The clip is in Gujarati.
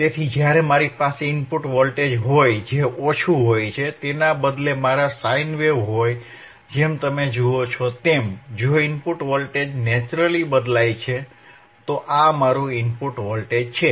તેથી જ્યારે મારી પાસે ઇનપુટ વોલ્ટેજ હોય જે ઓછું હોય તેના બદલે માત્ર સાઇન વેવ હોય જેમ તમે જુઓ છો તેમ જો ઇનપુટ વોલ્ટેજ નેચરલી બદલાય છે તો આ મારું ઇનપુટ વોલ્ટેજ છે